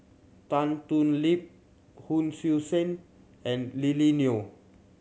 Tan Thoon Lip Hon Sui Sen and Lily Neo